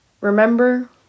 Remember